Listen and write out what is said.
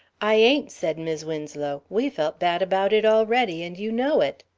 i ain't, said mis' winslow, we felt bad about it already, and you know it.